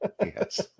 Yes